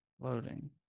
loading